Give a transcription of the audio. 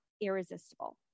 irresistible